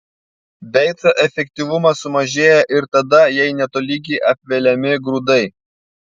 beico efektyvumas sumažėja ir tada jei netolygiai apveliami grūdai